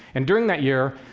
and during that year,